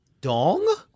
Dong